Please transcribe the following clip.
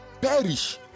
perish